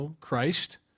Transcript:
Christ